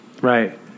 right